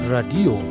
Radio